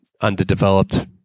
underdeveloped